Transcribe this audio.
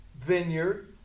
vineyard